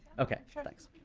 ok, yeah thanks.